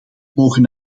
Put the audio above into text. mogen